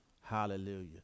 Hallelujah